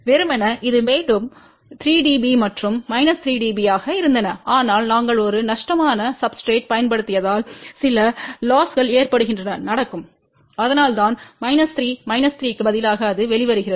வெறுமனே அது வேண்டும் 3 dB மற்றும் 3 dB ஆக இருந்தன ஆனால் நாங்கள் ஒரு நஷ்டமான சப்ஸ்டிரேட்றைப் பயன்படுத்தியதால் சில லொஸ்கள் ஏற்படுகின்றன நடக்கும் அதனால்தான் 3 3 க்கு பதிலாக அது வெளிவருகிறது 3